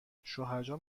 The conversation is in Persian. شوهرجان